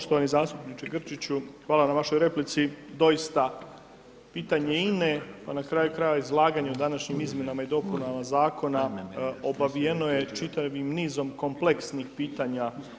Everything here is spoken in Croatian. Poštovani zastupniče Grčiću, hvala na vašoj replici, doista pitanje INA-e, pa na kraju krajeva, izlaganje u današnjim izmjenama i dopunama zakona, obavijeno je čitavim nizom kompleksnih pitanja.